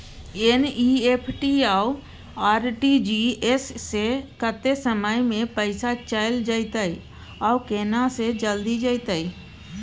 NEFT आ RTGS स कत्ते समय म पैसा चैल जेतै आ केना से जल्दी जेतै?